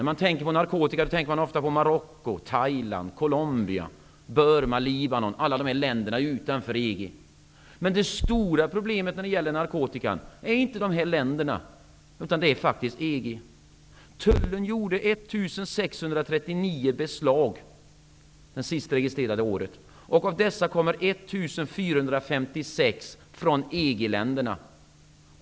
När man tänker på narkotika, tänker man ofta på Marocko, Thailand, Colombia, Burma, Libanon, länderna utanför EG. Men det stora problemet när det gäller narkotika är inte dessa länder, utan det är faktiskt EG-länderna. Tullen gjorde 1 639 beslag det senast registrerade året. Av dessa kommer narkotikan i 1 456 fall från EG länderna.